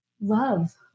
Love